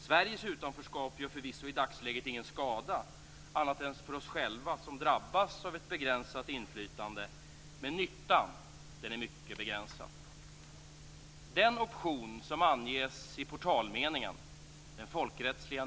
Sveriges utanförskap gör förvisso i dagsläget ingen skada, annat än för oss själva som drabbas av ett begränsat inflytande, men nyttan är mycket begränsad.